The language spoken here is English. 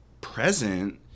present